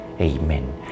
Amen